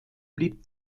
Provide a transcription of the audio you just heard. blieb